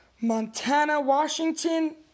Montana-Washington